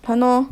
!hannor!